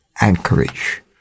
anchorage